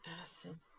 acid